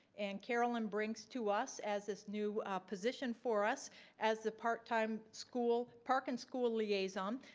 and carolyn brings to us as this new position for us as a part time school, park and school liaison.